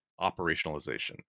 operationalization